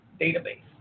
database